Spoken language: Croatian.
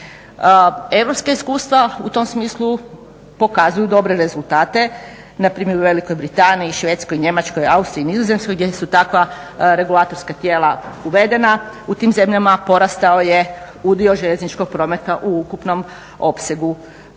Europska iskustva u tom smislu pokazuju dobre rezultate, npr. u Velikoj Britaniji, Švedskoj, Njemačkoj, Austriji, Nizozemskoj gdje su takva regulatorska tijela uvedena, u tim zemljama porastao je udio željezničkog prometa u ukupnom opsegu prometa.